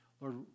Lord